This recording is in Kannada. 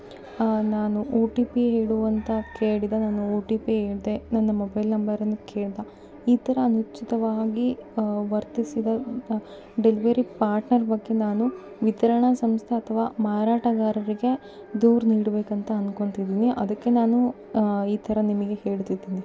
ನಾನು ಒ ಟಿ ಪಿ ಹೇಳು ಅಂತ ಕೇಳಿದ ನಾನು ಒ ಟಿ ಪಿ ಹೇಳ್ದೆ ನನ್ನ ಮೊಬೈಲ್ ನಂಬರನ್ನು ಕೇಳಿದ ಈ ಥರ ಅನುಚಿತವಾಗಿ ವರ್ತಿಸಿದ ಡೆಲಿವರಿ ಪಾರ್ಟ್ನರ್ ಬಗ್ಗೆ ನಾನು ವಿತರಣಾ ಸಂಸ್ಥೆ ಅಥವಾ ಮಾರಾಟಗಾರರಿಗೆ ದೂರು ನೀಡಬೇಕಂತ ಅನ್ಕೊಂತಿದ್ದೀನಿ ಅದಕ್ಕೆ ನಾನು ಈ ಥರ ನಿಮಗೆ ಹೇಳ್ತಿದ್ದೀನಿ